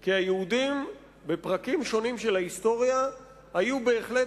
כי היהודים בפרקים שונים של ההיסטוריה היו בהחלט